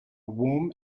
warm